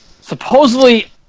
Supposedly